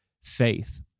faith